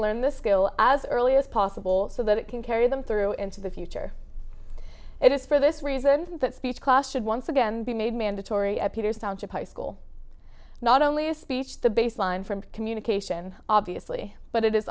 learn the skill as early as possible so that it can carry them through into the future it is for this reason that speech class should once again be made mandatory at peters township high school not only a speech the baseline from communication obviously but it i